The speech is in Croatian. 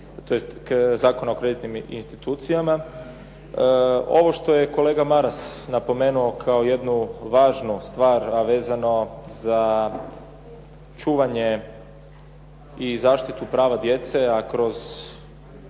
tj. Zakona o kreditnim institucijama. Ovo što je kolega Maras napomenuo kao jednu važnu stvar, a vezano za čuvanje i zaštitu prava djece, a kroz